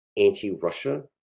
anti-Russia